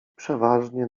przeważnie